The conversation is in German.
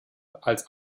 als